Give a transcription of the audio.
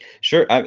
Sure